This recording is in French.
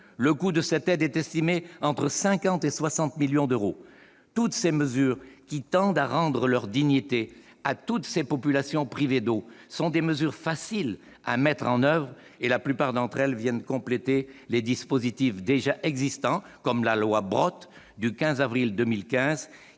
Le coût de cette aide est estimé entre 50 et 60 millions d'euros. Ces mesures, qui tendent à rendre leur dignité à toutes ces populations privées d'eau, sont faciles à mettre en oeuvre, et la plupart d'entre elles viennent compléter les dispositifs déjà existants comme la loi Brottes du 15 avril 2013,